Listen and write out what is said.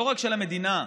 לא רק של המדינה והחיילים,